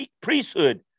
priesthood